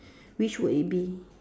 which would it be